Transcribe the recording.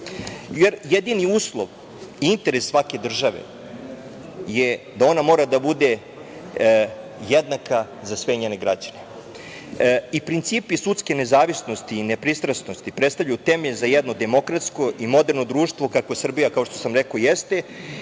jer jedini uslov i interes svake države je da ona mora da bude jednaka za sve njene građane i principi sudske nezavisnosti i nepristranosti predstavljaju temelj za jednu demokratsko i moderno društvo kakva Srbija, kao što sam rekao, jeste